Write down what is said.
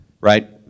right